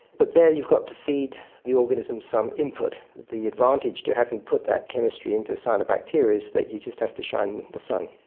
but there you've got to feed the organisms some input. the advantage to having put that chemistry into cyanobacteria is that you just have to shine the sun.